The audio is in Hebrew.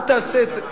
אל תעשה את זה.